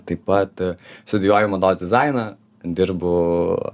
taip pat studijuoju mados dizainą dirbu